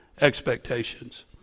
expectations